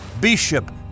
bishop